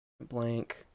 Blank